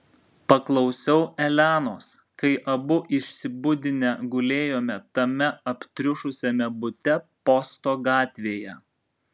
paklausiau elenos kai abu išsibudinę gulėjome tame aptriušusiame bute posto gatvėje